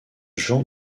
jean